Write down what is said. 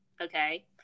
okay